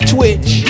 Twitch